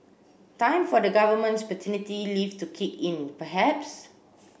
time for the government's paternity leave to kick in perhaps